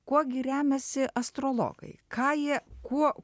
kuo gi remiasi astrologai ką jie kuo